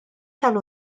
tal